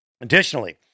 Additionally